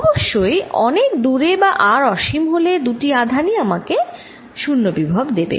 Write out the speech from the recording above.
অবশ্যই অনেক দূরে বা r অসীম হলে দুটি আধানই আমাকে 0 বিভব দেবে